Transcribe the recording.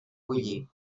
bullir